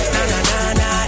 Na-na-na-na